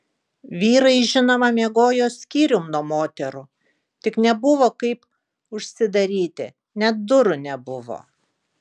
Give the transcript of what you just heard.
vyrai žinoma miegojo skyrium nuo moterų tik nebuvo kaip užsidaryti net durų nebuvo